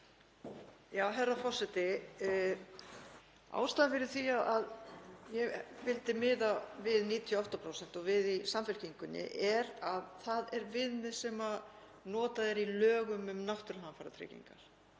Herra forseti. Ástæðan fyrir því að ég vildi miða við 98%, og við í Samfylkingunni, er að það er viðmið sem notað er í lögum um náttúruhamfaratryggingar